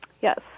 Yes